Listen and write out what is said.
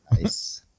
Nice